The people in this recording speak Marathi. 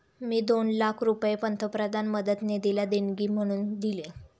मी दोन लाख रुपये पंतप्रधान मदत निधीला देणगी म्हणून दिले